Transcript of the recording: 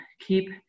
keep